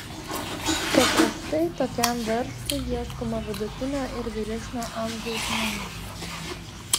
paprastai tokiam verslui ieškoma vidutinio ir vyresnio amžiaus žmonių